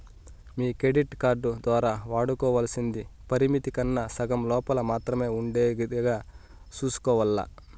మీ credit card దోరా వాడుకోవల్సింది పరిమితి కన్నా సగం లోపల మాత్రమే ఉండేదిగా సూసుకోవాల్ల